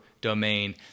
domain